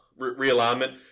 realignment